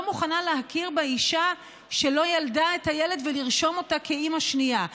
לא מוכנה להכיר באישה שלא ילדה את הילד ולרשום אותה כאימא שנייה.